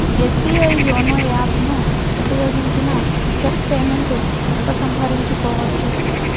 SBI YONO app ను ఉపయోగించిన cheque payment ఉపసంహరించుకోవచ్చు